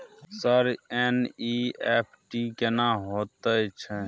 Sir NEFT केना होयत छै?